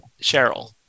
Cheryl